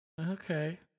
Okay